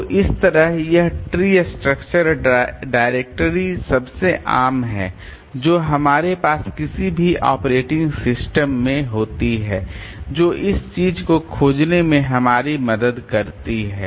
तो इस तरह यह ट्री स्ट्रक्चर डायरेक्टरी सबसे आम है जो हमारे पास किसी भी ऑपरेटिंग सिस्टम में होती है जो इस चीज को खोजने में हमारी मदद करती है